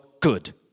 good